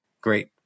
great